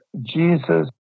Jesus